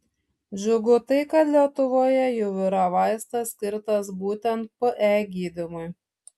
džiugu tai kad lietuvoje jau yra vaistas skirtas būtent pe gydymui